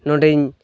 ᱱᱚᱰᱮᱧ